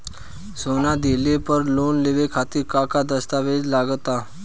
सोना दिहले पर लोन लेवे खातिर का का दस्तावेज लागा ता?